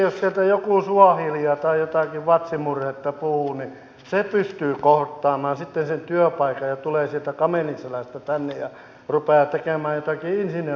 me emme voi vielä tietää mikä kaikki onnistuu ja mikä on hyvästä ja siksi näin tulee se takaa menisivät tätä nykyä luupäätäkään maita kriisin toimia